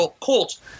Colts